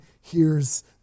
hears